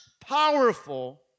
powerful